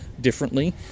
differently